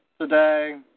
today